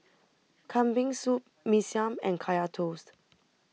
Kambing Soup Mee Siam and Kaya Toast